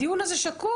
הדיון הזה שקוף.